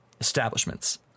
establishments